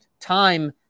time